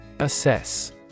Assess